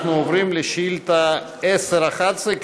אנחנו עוברים לשאילתה מס' 1011,